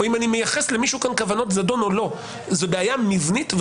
או אם אני מייחס למישהו כאן כוונות זדון או לא.